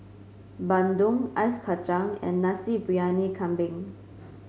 Bandung Ice Kacang and Nasi Briyani Kambing